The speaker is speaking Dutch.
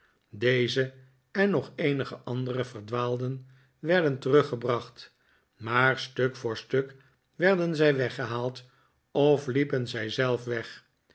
deze en nog eenige andere verdwaalden werden teruggebracht maar stuk voor stuk werden zij weggehaald of liepen zij zelf weg